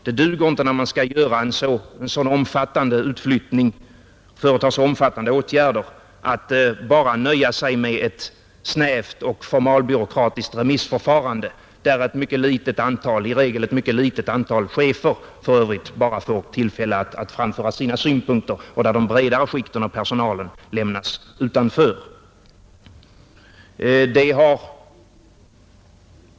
Det duger inte när man skall vidta så omfattande åtgärder att bara nöja sig med ett snävt och formalbyråkratiskt remissförfarande där ett mycket litet antal — i regel ett litet antal chefer för övrigt — bara får tillfälle att framföra sina synpunkter och de bredare skikten av personalen lämnas utanför.